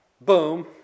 boom